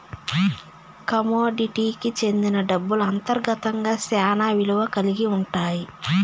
కమోడిటీకి సెందిన డబ్బులు అంతర్గతంగా శ్యానా విలువ కల్గి ఉంటాయి